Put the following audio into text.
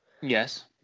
Yes